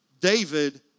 David